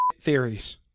theories